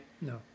no